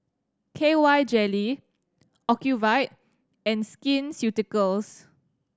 K Y Jelly Ocuvite and Skin Ceuticals